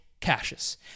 Cassius